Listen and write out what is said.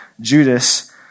Judas